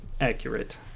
accurate